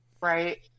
Right